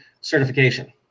certification